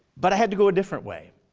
but i had to go a different way.